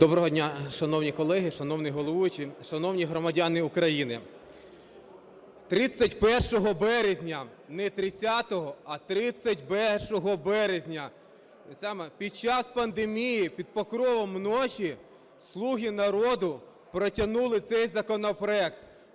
Доброго дня, шановні колеги, шановний головуючий, шановні громадяни України! 31 березня, не 30-го, а 31 березня, під час пандемії під покровом ночі "слуги народу" протягнули цей законопроект